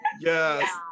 Yes